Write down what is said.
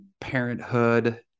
Parenthood